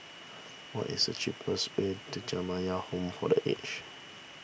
what is the cheapest way to Jamiyah Home for the aged